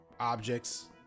objects